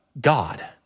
God